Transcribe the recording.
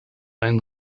ein